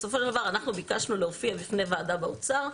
בסופו של דבר אנחנו ביקשנו להופיע בפני ועדה באוצר,